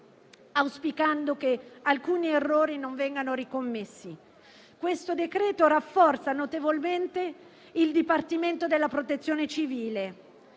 auspicando che alcuni errori non vengano commessi nuovamente. Questo decreto-legge rafforza notevolmente il Dipartimento della protezione civile